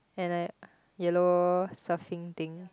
and like yellow surfing thing